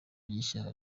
gishya